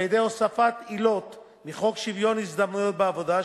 על-ידי הוספת עילות מחוק שוויון ההזדמנויות בעבודה,